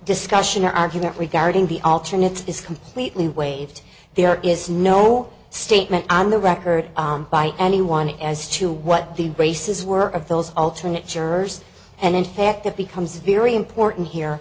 discussion or argument regarding the alternate is completely waived there is no statement on the record by anyone as to what the braces were of those alternate jurors and in fact that becomes very important here